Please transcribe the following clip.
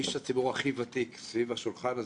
איש הציבור הכי ותיק סביב השולחן הזה,